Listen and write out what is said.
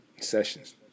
sessions